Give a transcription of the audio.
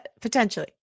potentially